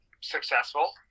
successful